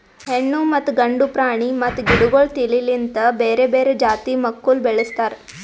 ಹೆಣ್ಣು ಮತ್ತ ಗಂಡು ಪ್ರಾಣಿ ಮತ್ತ ಗಿಡಗೊಳ್ ತಿಳಿ ಲಿಂತ್ ಬೇರೆ ಬೇರೆ ಜಾತಿ ಮಕ್ಕುಲ್ ಬೆಳುಸ್ತಾರ್